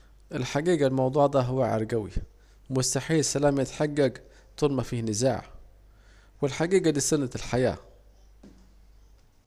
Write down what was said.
الحجيجة الموضوع دع واعر جوي، مستحيل السلام يتحجج طول ما فيه نزاع، والحجيجة دي سنة الحياة